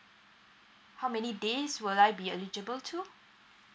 how many days will I be eligible to